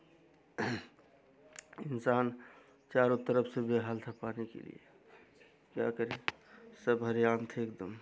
इंसान चारों तरफ़ से बेहाल था पानी के लिए क्या करें सब हरे आम थे एक दम